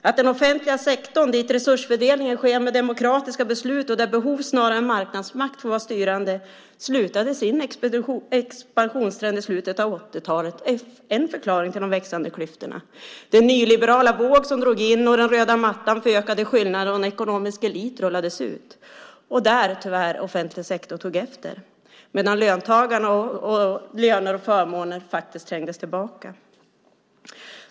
Att den offentliga sektorn, dit resursfördelningen sker med demokratiska beslut och där behov snarare än marknadsmakt får vara styrande, slutade sin expansionstrend i slutet av 80-talet är en förklaring till de växande klyftorna. En nyliberal våg drog in, och den röda mattan för ökade skillnader och en ekonomisk elit rullades ut. Och där tog, tyvärr, offentlig sektor efter medan löntagarnas löner och förmåner faktiskt trängdes tillbaka.